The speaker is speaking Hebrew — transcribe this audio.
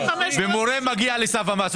ומורה מגיע לסף המס.